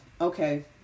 Okay